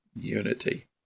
unity